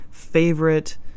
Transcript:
favorite